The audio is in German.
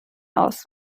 aus